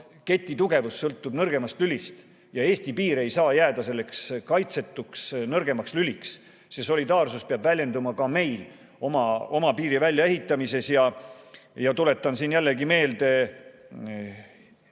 keti tugevus sõltub nõrgemast lülist ning Eesti piir ei saa jääda selleks kaitsetuks nõrgimaks lüliks. See solidaarsus peab väljenduma ka meil oma piiri väljaehitamises. Tuletan jällegi meelde